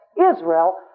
Israel